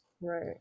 Right